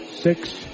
six